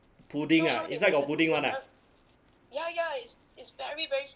pudding ah inside got pudding [one] ah